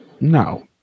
no